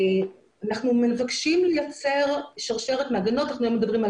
אנחנו מבקשים לייצר שרשרת מעגנות - אנחנו לא מדברים על